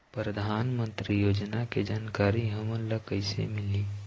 परधानमंतरी योजना के जानकारी हमन ल कइसे मिलही?